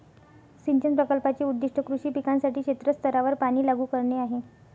सिंचन प्रकल्पाचे उद्दीष्ट कृषी पिकांसाठी क्षेत्र स्तरावर पाणी लागू करणे आहे